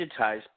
digitized